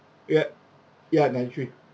yep ya nine three